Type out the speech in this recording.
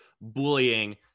bullying